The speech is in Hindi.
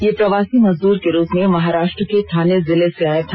ये प्रवासी मजदूर के रूप में महराष्ट्र के थाने जिले से आया था